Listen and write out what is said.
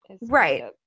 Right